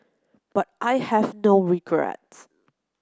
but I have no regrets